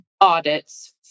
audits